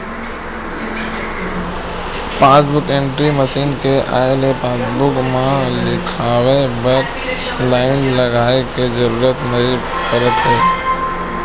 passbook entry machine के आए ले पासबूक म लिखवाए बर लाईन लगाए के जरूरत नइ परत हे